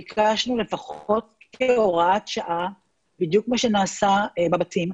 ביקשנו כהוראת שעה בדיוק כמו שנעשה בבתים,